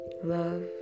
Love